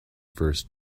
first